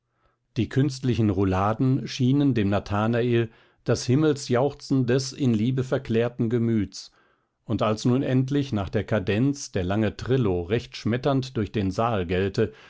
die künstlichen rouladen schienen dem nathanael das himmelsjauchzen des in liebe verklärten gemüts und als nun endlich nach der kadenz der lange trillo recht schmetternd durch den saal gellte